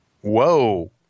Whoa